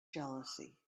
jealousy